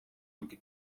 bwe